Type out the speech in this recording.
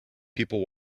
people